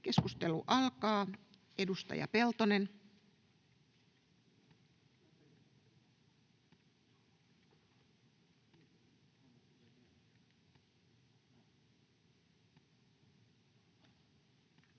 Keskustelu alkaa. Edustaja Peltonen.